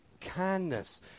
kindness